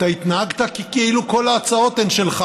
התנהגת כאילו כל ההצעות הן שלך,